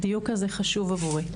הדיוק הזה חשוב עבורי.